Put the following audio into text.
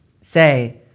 say